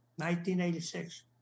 1986